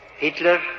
Hitler